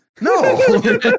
No